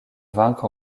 vaincre